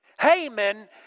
Haman